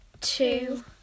Two